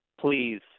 Please